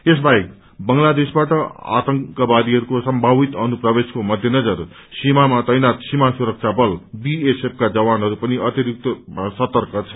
यस बाहेक बंगलादेशबाट आतंकवादीहरूको सम्भावित घुसपैठको मध्येनजर सीमामा तैनाथ सीमा सुरक्षा बल बीएसएफ का जवानहरू पनि अतिरिक्त रूपमा सतर्क छन्